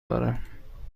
دارم